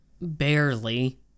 barely